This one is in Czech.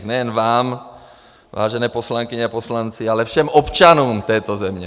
Výsměch nejen vám, vážené poslankyně a poslanci, ale všem občanům této země.